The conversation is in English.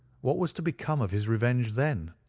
what was to become of his revenge then?